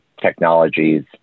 technologies